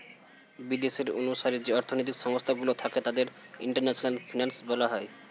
বিদেশের অনুসারে যে অর্থনৈতিক সংস্থা গুলো থাকে তাদের ইন্টারন্যাশনাল ফিনান্স বলা হয়